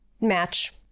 match